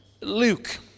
Luke